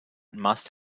must